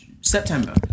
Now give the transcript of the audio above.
September